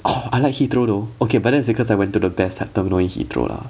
orh I like heathrow though okay but that is because I went to the best item knowing heathrow lah